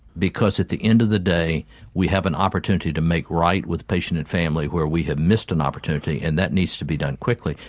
because at the end of the day we have an opportunity to make right with a patient and family where we have missed an opportunity, and that needs to be done quickly.